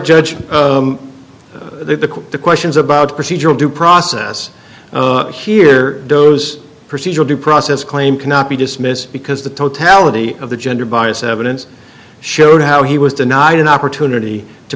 judge the questions about procedural due process here those procedural due process claim cannot be dismissed because the totality of the gender bias evidence showed how he was denied an opportunity to